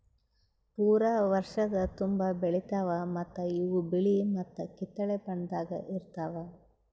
ಪೂರಾ ವರ್ಷದ ತುಂಬಾ ಬೆಳಿತಾವ್ ಮತ್ತ ಇವು ಬಿಳಿ ಮತ್ತ ಕಿತ್ತಳೆ ಬಣ್ಣದಾಗ್ ಇರ್ತಾವ್